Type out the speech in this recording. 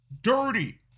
dirty